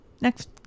Next